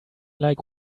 like